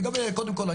קודם כל,